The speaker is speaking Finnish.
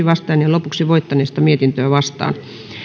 vastaan ja lopuksi voittaneesta mietintöä vastaan